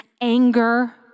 anger